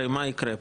הרי מה יקרה פה?